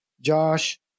Josh